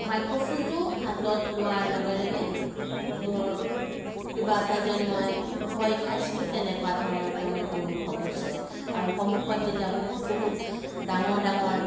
মাইক্ৰফোনটো হাতত লোৱাৰ লগে লগে মোৰ কিবা এটা যেন মই ভয় খাইছিলোঁ তেনেকুৱা মোৰ অনুভৱ হৈছিলে আৰু সন্মুখত যেতিয়া বহুত বহুত ডাঙৰ ডাঙৰ